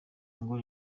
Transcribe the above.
ngo